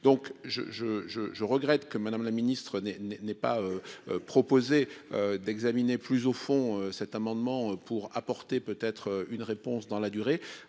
je, je regrette que Madame la Ministre n'est n'est n'est pas proposé d'examiner plus au fond, cet amendement pour apporter, peut être une réponse dans la durée,